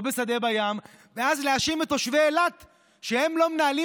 לא בשדה בים ואז להאשים את תושבי אילת שהם לא מנהלים